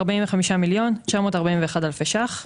45 מיליון ו-941 אלפי ₪.